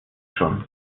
schon